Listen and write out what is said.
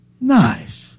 nice